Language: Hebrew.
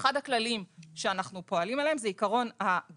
אחד הכללים שאנחנו פועלים על פיהם זה עוד עיקרון,